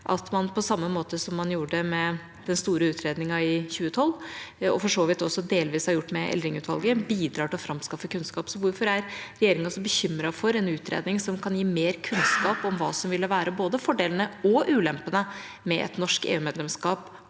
at man på samme måte som man gjorde med den store utredningen i 2012, og for så vidt også delvis har gjort med Eldring-utvalget, bidrar til å framskaffe kunnskap. Hvorfor er regjeringa da så bekymret for en utredning som kan gi mer kunnskap om hva som ville være både fordelene og ulempene med et norsk EU-medlemskap